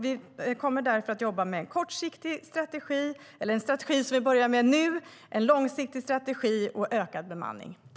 Vi kommer därför att jobba med en strategi som vi börjar med nu, en långsiktig strategi och ökad bemanning.